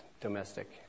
domestic